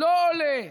לא עולה.